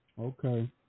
okay